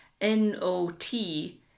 N-O-T